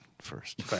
first